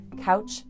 Couch